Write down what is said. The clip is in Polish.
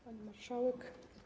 Pani Marszałek!